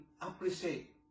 appreciate